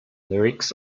lyrics